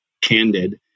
candid